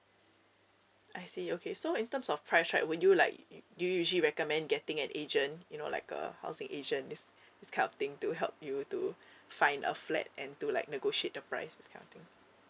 I see okay so in terms of price right would you like do you usually recommend getting an agent you know like a housing agent this this kind of thing to help you to find a flat and to like negotiate the price this kind of thing